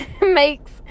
makes